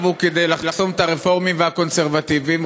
הוא כדי לחסום את הרפורמים והקונסרבטיבים,